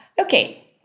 Okay